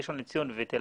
ראשון לציון ותל-אביב,